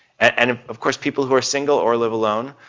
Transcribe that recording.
and of course, people who are single or live alone,